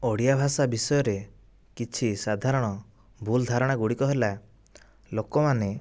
ଓଡ଼ିଆ ଭାଷା ବିଷୟରେ କିଛି ସାଧାରଣ ଭୁଲ୍ ଧାରଣାଗୁଡ଼ିକ ହେଲା ଲୋକମାନେ